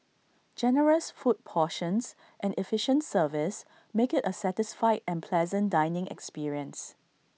generous food portions and efficient service make IT A satisfied and pleasant dining experience